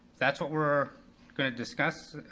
that's what we're gonna discuss,